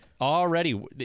Already